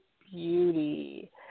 beauty